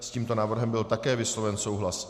S tímto návrhem byl také vysloven souhlas.